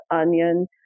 onion